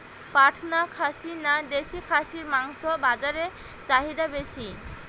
পাটনা খাসি না দেশী খাসির মাংস বাজারে চাহিদা বেশি?